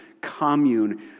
commune